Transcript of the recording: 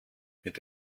mit